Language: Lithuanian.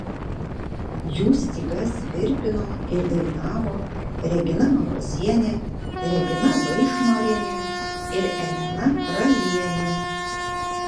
jų stygas virpino ir dainavo regina marozienė regina vaišnorienė ir elena ralienė